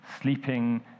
sleeping